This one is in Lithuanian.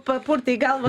papurtei galvą